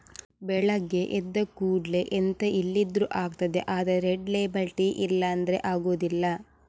ಬೆಳಗ್ಗೆ ಎದ್ದ ಕೂಡ್ಲೇ ಎಂತ ಇಲ್ದಿದ್ರೂ ಆಗ್ತದೆ ಆದ್ರೆ ರೆಡ್ ಲೇಬಲ್ ಟೀ ಇಲ್ಲ ಅಂದ್ರೆ ಆಗುದಿಲ್ಲ